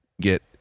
get